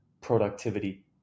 productivity